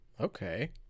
Okay